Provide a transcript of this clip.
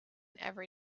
every